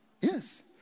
Yes